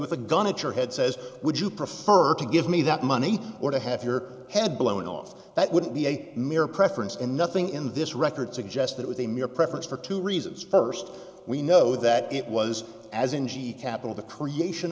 with a gun a chair head says would you prefer to give me that money or to have your head blown off that wouldn't be a mere preference and nothing in this record suggests that with a mere preference for two reasons first we know that it was as n g capital the creation